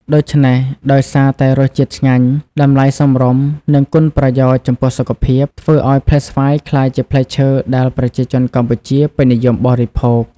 ដូច្នេះ ដោយសារតែរសជាតិឆ្ងាញ់ តម្លៃសមរម្យ និងគុណប្រយោជន៍ចំពោះសុខភាព ធ្វើឱ្យផ្លែស្វាយក្លាយជាផ្លែឈើដែលប្រជាជនកម្ពុជាពេញនិយមបរិភោគ។